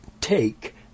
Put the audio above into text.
take